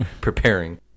preparing